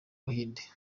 buhinde